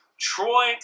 Troy